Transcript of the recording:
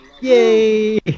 Yay